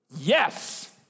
Yes